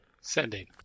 sending